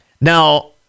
now